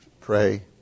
pray